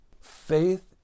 Faith